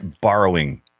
borrowing